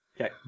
Okay